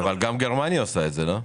גם גרמניה עושה את זה, לא?